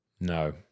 No